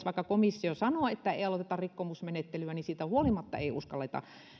vaikka komissio sanoo että ei aloiteta rikkomusmenettelyä niin siitä huolimatta eivät uskalla